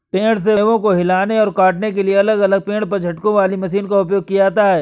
पेड़ से फलों और मेवों को हिलाने और काटने के लिए अलग अलग पेड़ पर झटकों वाली मशीनों का उपयोग किया जाता है